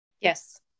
Yes